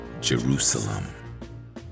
Jerusalem